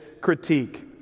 critique